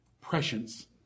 prescience